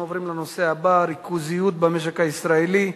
אנחנו עוברים לנושא הבא: ריכוזיות במשק הישראלי,